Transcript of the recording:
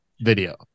video